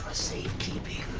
safekeeping.